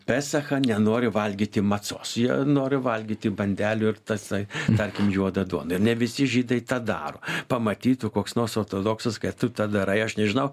pesachą nenori valgyti macos jie nori valgyti bandelių ir tasai tarkim juodą duoną ir ne visi žydai tą daro pamatytų koks nors ortodoksas kad tu tą darai aš nežinau